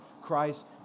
Christ